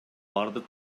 бардык